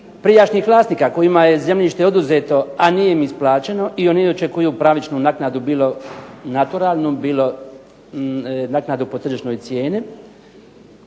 prijašnjih vlasnika kojima je zemljište oduzeto, a nije im isplaćeno i oni očekuju pravičnu naknadu, bilo naturalnu bilo naknadu po tržišnoj cijeni.